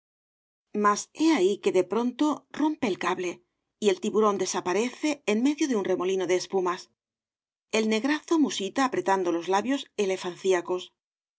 he ahí que de pronto rompe el cable y el tiburón desaparece en medio de un j s obras de válle inclan remolino de espumas el negrazo musita apretando los labios